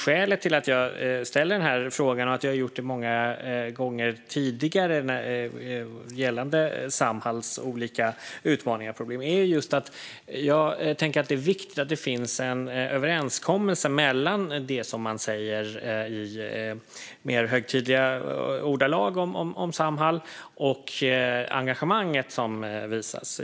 Skälet till att jag ställer den här frågan gällande Samhalls olika utmaningar och problem och att jag har gjort det många gånger tidigare är just att jag tänker att det är viktigt att det finns en överensstämmelse mellan det som man säger i mer högtidliga ordalag om Samhall och det engagemang som visas.